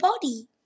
body